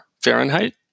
Fahrenheit